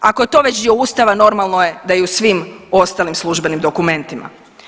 Ako je to već dio ustava normalno je da je i u svim ostalim službenim dokumentima.